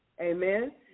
Amen